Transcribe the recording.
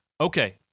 Okay